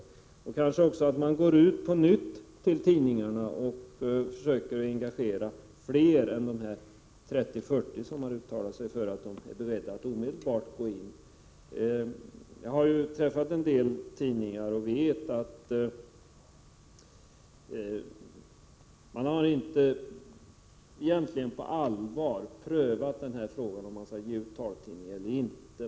Man borde kanske också på nytt gå ut till tidningarna och försöka engagera fler än de 30—40 som har uttalat att de är beredda att omedelbart påbörja en utgivning. Jag har träffat representanter för en del tidningar och vet att man egentligen inte på allvar har prövat frågan om man skall ge ut taltidningar eller inte.